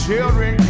Children